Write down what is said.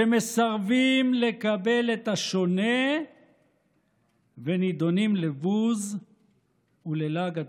שמסרבים לקבל את השונה ונידונים לבוז וללעג התקשורת.